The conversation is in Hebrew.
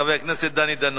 חבר הכנסת דני דנון.